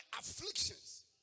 afflictions